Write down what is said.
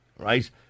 right